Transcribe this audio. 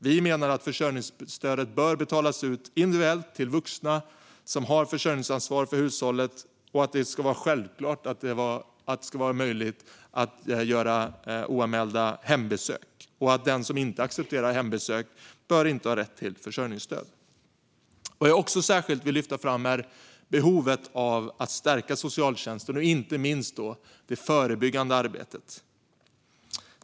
Vi menar att försörjningsstödet bör betalas ut individuellt till de vuxna som har försörjningsansvar för hushållet och att det självklart ska vara möjligt att göra oanmälda hembesök. Den som inte accepterar hembesök bör inte ha rätt till försörjningsstöd. Vad jag också särskilt vill lyfta fram är behovet av att stärka socialtjänsten, och inte minst det förebyggande arbetet.